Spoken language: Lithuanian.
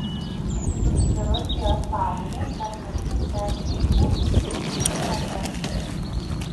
paskui chirurgijos salėje per naktis degė šviesos stuksėjo plaktukai